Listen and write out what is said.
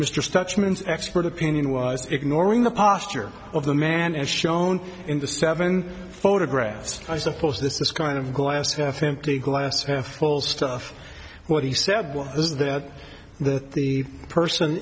means expert opinion was ignoring the posture of the man as shown in the seven photographs i suppose this is kind of glass half empty glass half full stuff what he said was that that the person